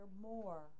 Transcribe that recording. more